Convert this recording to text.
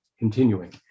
continuing